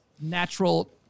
natural